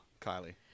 Kylie